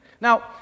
now